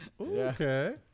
Okay